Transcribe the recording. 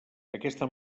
aquesta